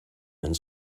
and